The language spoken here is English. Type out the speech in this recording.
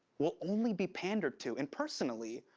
we'll only be pandered to and personally,